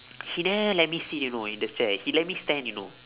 he never let me sit you know in the chair he let me stand you know